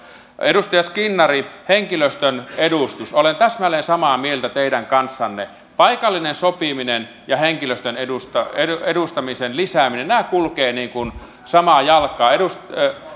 edustaja skinnari henkilöstön edustus olen täsmälleen samaa mieltä teidän kanssanne paikallinen sopiminen ja henkilöstön edustamisen lisääminen kulkevat niin kuin samaa jalkaa